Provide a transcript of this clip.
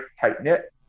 tight-knit